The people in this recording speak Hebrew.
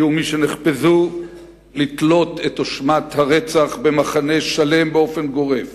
היו מי שנחפזו לתלות את אשמת הרצח במחנה שלם באופן גורף.